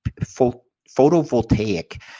photovoltaic